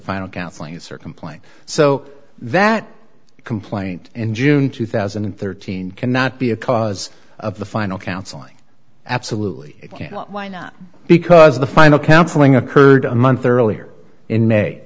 final counseling is her complaint so that complaint in june two thousand and thirteen cannot be a cause of the final counseling absolutely why not because the final counseling occurred a month earlier in may